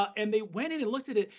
and they went in and looked at it,